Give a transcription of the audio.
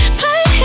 play